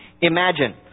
imagine